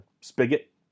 spigot